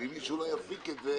ואם מישהו לא יפיק את זה,